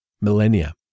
millennia